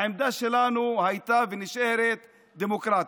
העמדה שלנו הייתה ונשארת דמוקרטית.